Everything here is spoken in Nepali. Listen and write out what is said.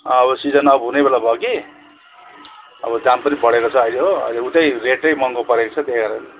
अब सिजन अफ् हुने बेला भयो कि अब दाम पनि बढेको छ अहिले हो अहिले उतै रेटै महँगो परेको छ त्यही भएर